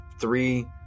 Three